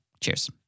Cheers